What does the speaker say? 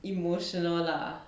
emotional lah